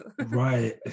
right